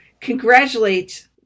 congratulate